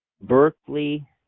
Berkeley